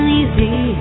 easy